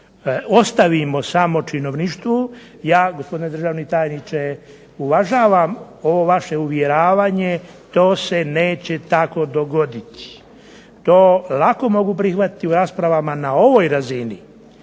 ostavimo samo činovništvu ja gospodine državni tajniče uvažavam ove vaše uvjeravanje to se neće tako dogoditi, to lako mogu prihvatiti na raspravama na ovoj razini